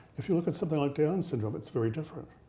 if you look at something like downs syndrome, it's very different.